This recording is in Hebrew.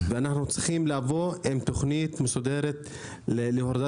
ואנחנו צריכים לבוא עם תוכנית מסודרת להורדת